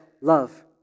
love